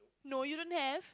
no you don't have